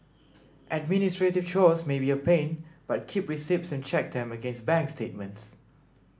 administrative chores may be a pain but keep receipts and check them against bank statements